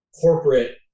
corporate